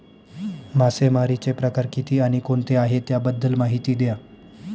मासेमारी चे प्रकार किती आणि कोणते आहे त्याबद्दल महिती द्या?